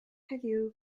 heddiw